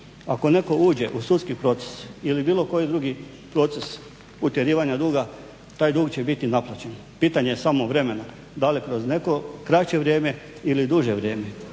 Ako netko uđe u sudski proces ili bilo koji drugi proces utjerivanja duga taj dug će biti naplaćen. Pitanje je samo vremena, da li kroz neko kraće vrijeme ili duže vrijeme.